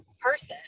person